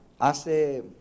Hace